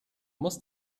muss